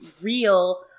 real